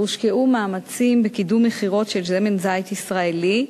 והושקעו מאמצים בקידום מכירות של שמן זית ישראלי,